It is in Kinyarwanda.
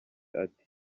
ati